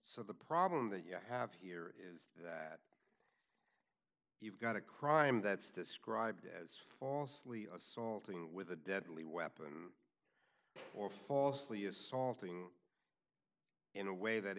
so the problem that you have here is that you've got a crime that's described as falsely assaulting with a deadly weapon or falsely assaulting in a way that